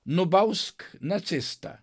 nubausk nacistą